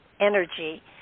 energy